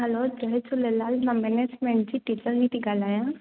hello जय झूलेलाल मां management जी टीचरनी थी ॻाल्हायां